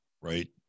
right